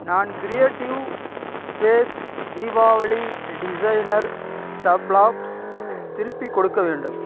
நான் creative space Deepavali designer ஷப் லாப் திருப்பிக் கொடுக்க வேண்டும்